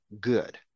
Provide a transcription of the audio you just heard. good